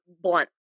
blunt